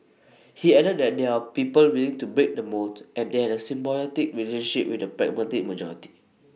he added that there people willing to break the mould and they had symbiotic relationship with the pragmatic majority